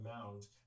amount